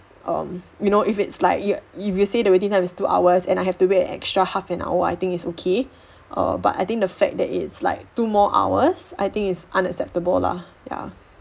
um you know if it's like y~ if you say the waiting time is two hours and I have to wait an extra half an hour I think it's okay err but I think the fact that it's like two more hours I think it's unacceptable lah ya